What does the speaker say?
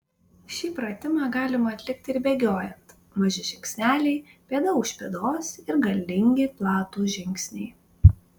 šį pratimą galima atlikti ir bėgiojant maži žingsneliai pėda už pėdos ir galingi platūs žingsniai